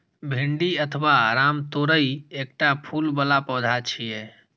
भिंडी अथवा रामतोरइ एकटा फूल बला पौधा छियै